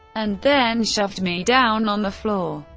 and then shoved me down on the floor.